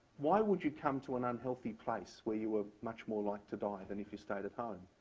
why would you come to an unhealthy place where you were much more like to die than if you stayed at home?